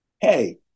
Hey